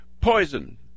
poison